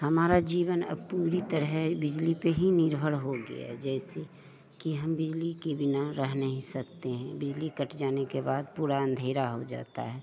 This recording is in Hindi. हमरा जीवन अब पूरी तरह बिजली पे ही निर्भर हो गया है जैसे की हम बिजली के बिना रह नहीं सकते हैं बिजली कट जाने के बाद पूरा अंधेरा हो जाता है